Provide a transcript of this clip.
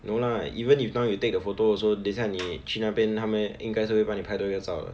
no lah even if now you take the photo also 等下你去那边他们应该是会帮你拍多一个照的